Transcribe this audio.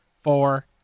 four